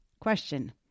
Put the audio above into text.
Question